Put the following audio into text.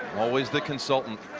always the consultant.